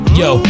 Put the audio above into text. yo